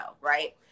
right